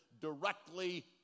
directly